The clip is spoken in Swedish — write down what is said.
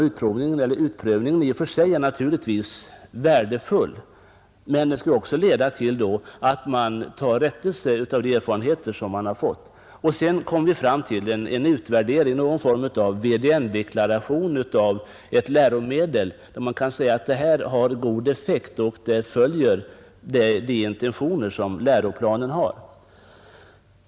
Utprovningen i och för sig är naturligtvis värdefull men skall naturligtvis också leda till att producenterna tar rättelse av de erfarenheter som görs. Sedan kommer vi fram till en utvärdering, någon form av VDN-deklaration av ett läromedel, så att man kan säga att det har god effekt och följer läroplanens intentioner.